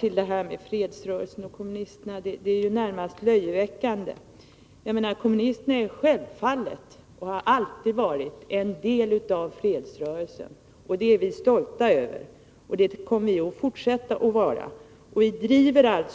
Talet om fredsrörelsen och kommunisterna är närmast löjeväckande. Kommunisterna är självfallet och har alltid varit en del av fredsrörelsen. Det är vi stolta över. Det kommer vi att fortsätta att vara. Vi driver